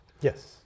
Yes